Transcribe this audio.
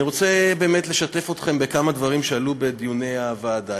אני רוצה לשתף אתכם בכמה דברים שעלו בדיוני הוועדה.